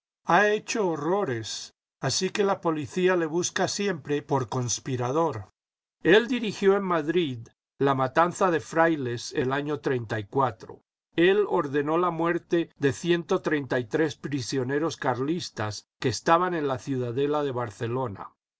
ma hecho horrores así que la policía le busca siempre por conspirador el dirigió en madrid la matanza de frailes el año él ordenó la muerte deciento treinta y tres prisioneros carlistas que estaban en la ciudadela de barcelona